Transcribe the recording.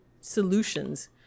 solutions